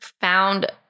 found